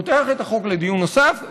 פותח את החוק לדיון נוסף,